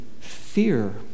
fear